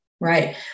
right